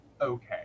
Okay